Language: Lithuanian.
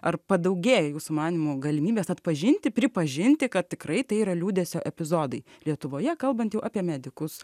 ar padaugėja jūsų manymu galimybės atpažinti pripažinti kad tikrai tai yra liūdesio epizodai lietuvoje kalbant jau apie medikus